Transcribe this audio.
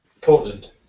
Portland